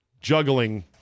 juggling